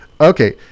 Okay